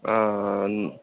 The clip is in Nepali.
न